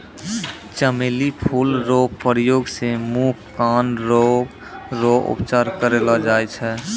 चमेली फूल रो प्रयोग से मुँह, कान रोग रो उपचार करलो जाय छै